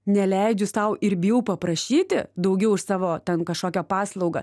neleidžiu sau ir bijau paprašyti daugiau už savo ten kažkokią paslaugą